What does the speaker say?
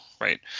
right